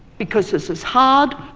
because this is hard,